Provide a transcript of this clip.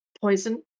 Poison